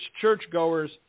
churchgoers